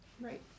right